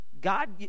god